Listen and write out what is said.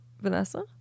vanessa